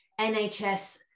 NHS